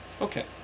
Okay